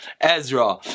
Ezra